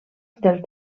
del